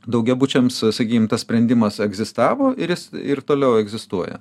daugiabučiams sakykim tas sprendimas egzistavo ir jis ir toliau egzistuoja